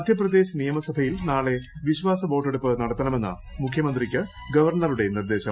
മധ്യപ്രദേശ് നിയമസഭയിൽ നാളെ വിശാസ വോട്ടെടുപ്പ് നടത്തണമെന്ന് മുഖ്യമന്ത്രിക്ക് ഗവർണറുടെ നിർദ്ദേശം